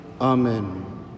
Amen